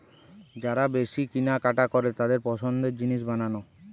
যারা বেশি কিনা কাটা করে তাদের পছন্দের জিনিস বানানো